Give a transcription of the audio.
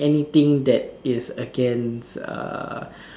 anything that is against uh